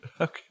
okay